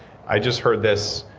i just heard this,